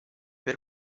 per